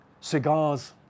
Cigars